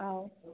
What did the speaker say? औ